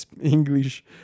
English